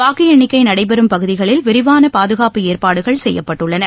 வாக்கு எண்ணிக்கை நடைபெறும் பகுதிகளில் விரிவான பாதுகாப்பு ஏற்பாடுகள் செய்யப்பட்டுள்ளன